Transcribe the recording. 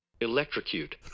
Electrocute